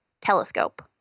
Telescope